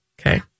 Okay